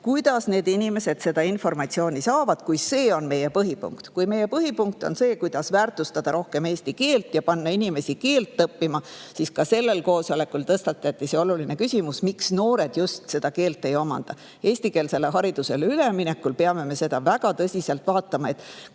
kuidas inimesed informatsiooni saavad, kui see on meie põhipunkt. Kui meie põhipunkt on see, kuidas väärtustada rohkem eesti keelt ja panna inimesi seda õppima, siis ka sellel koosolekul tõstatati oluline küsimus, miks noored just eesti keelt ei omanda. Eestikeelsele haridusele üleminekul peame väga tõsiselt vaatama, et